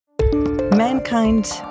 Mankind